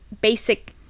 basic